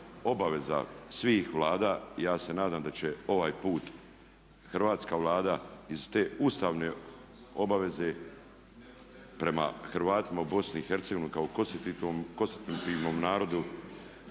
svih Vlada i ja se nadam da će ovaj put Hrvatska vlada iz te ustavne obaveze prema Hrvatima u BiH kao konstitutivnom narodu